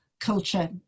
culture